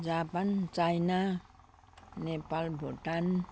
Japan China Nepal Bhutan